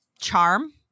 Charm